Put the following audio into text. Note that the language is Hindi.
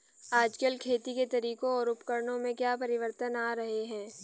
आजकल खेती के तरीकों और उपकरणों में क्या परिवर्तन आ रहें हैं?